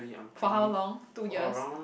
for how long two years